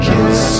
Kiss